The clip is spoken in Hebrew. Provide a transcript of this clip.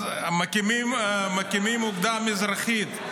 מקימים אוגדה מזרחית.